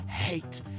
hate